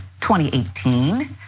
2018